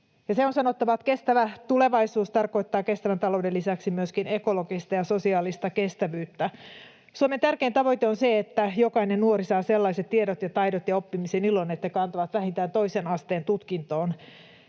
Se on sanottava, että kestävä tulevaisuus tarkoittaa kestävän talouden lisäksi myöskin ekologista ja sosiaalista kestävyyttä. Suomen tärkein tavoite on se, että jokainen nuori saa sellaiset tiedot ja taidot ja oppimisen ilon, että ne kantavat vähintään toisen asteen tutkintoon